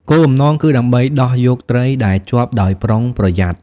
គោលបំណងគឺដើម្បីដោះយកត្រីដែលជាប់ដោយប្រុងប្រយ័ត្ន។